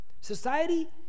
Society